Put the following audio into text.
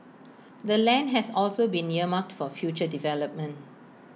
the land has also been earmarked for future development